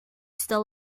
still